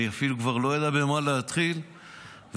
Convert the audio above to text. אני אפילו כבר לא יודע במה להתחיל ובמה